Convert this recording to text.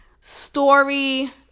story